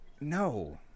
No